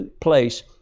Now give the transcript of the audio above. place